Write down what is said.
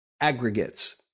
aggregates